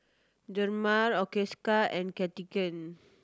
Dermale Osteocare and Cartigain